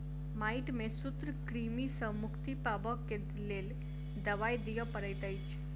माइट में सूत्रकृमि सॅ मुक्ति पाबअ के लेल दवाई दियअ पड़ैत अछि